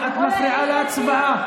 את מפריעה להצבעה.